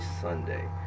Sunday